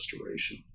restoration